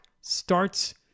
starts